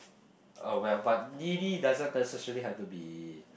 uh well but needy doesn't necessary have to be